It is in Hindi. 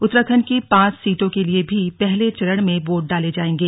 उत्तराखंड की पांच सीटों के लिए भी पहले चरण में वोट डाले जाएंगे